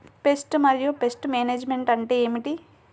Pest మరియు pest management అంటే ఏమిటి?